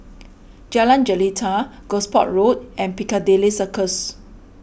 Jalan Jelita Gosport Road and Piccadilly Circus